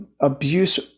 abuse